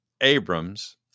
Abrams